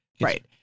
Right